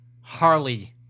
Harley